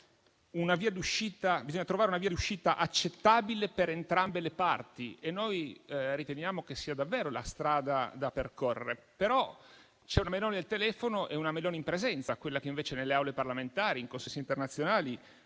bisogna trovare una via d'uscita accettabile per entrambe le parti e noi riteniamo che sia davvero la strada da percorrere. Però c'è una Meloni al telefono e una Meloni in presenza, quella che invece nelle Aule parlamentari e in consessi internazionali